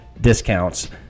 discounts